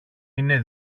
είναι